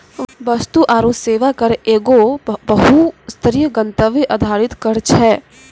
वस्तु आरु सेवा कर एगो बहु स्तरीय, गंतव्य आधारित कर छै